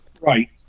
Right